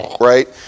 right